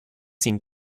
sin